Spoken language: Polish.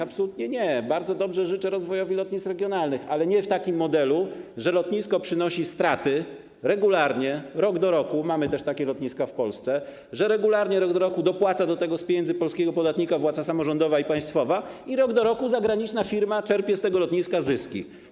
Absolutnie nie, bardzo dobrze życzę rozwojowi lotnisk regionalnych, ale nie w takim modelu, że lotnisko przynosi straty, regularnie, rok do roku, mamy też takie lotniska w Polsce, że regularnie, rok do roku dopłaca do tego z pieniędzy polskiego podatnika władza samorządowa i państwowa i rok do roku zagraniczna firma czerpie z tego lotniska zyski.